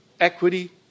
equity